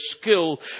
skill